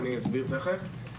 ותיכף אסביר.